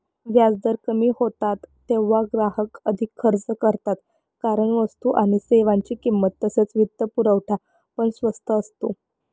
व्याजदर कमी होतात तेव्हा ग्राहक अधिक खर्च करतात कारण वस्तू आणि सेवांची किंमत तसेच वित्तपुरवठा पण स्वस्त असतो